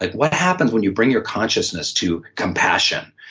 like what happens when you bring your consciousness to compassion?